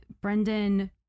Brendan